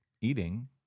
eating